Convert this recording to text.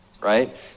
right